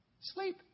sleep